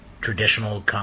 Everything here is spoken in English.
traditional